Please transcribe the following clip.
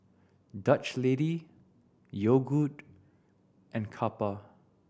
Dutch Lady Yogood and Kappa